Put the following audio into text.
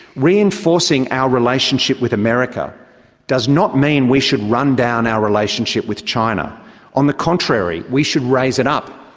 reinforcing our relationship with america does not mean we should run down our relationship with china on the contrary, we should raise it up.